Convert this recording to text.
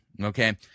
okay